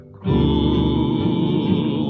cool